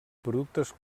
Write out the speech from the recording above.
productes